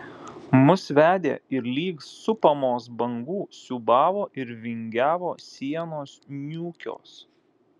mus vedė ir lyg supamos bangų siūbavo ir vingiavo sienos niūkios